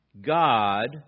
God